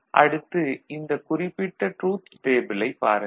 அடுத்து இந்த குறிப்பிட்ட ட்ரூத் டேபிளைப் பாருங்கள்